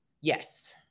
Yes